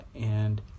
And-